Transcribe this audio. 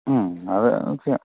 മ്മ് അത് ഓക്കെ